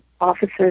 officers